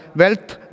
wealth